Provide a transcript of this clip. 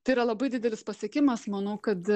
tai yra labai didelis pasiekimas manau kad